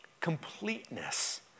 completeness